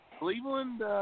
Cleveland